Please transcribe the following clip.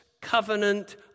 covenant